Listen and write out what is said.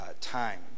time